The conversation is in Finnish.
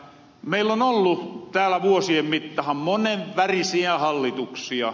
meill on ollu täällä vuosien mittahan monen värisiä hallituksia